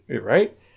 right